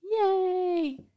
Yay